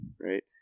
Right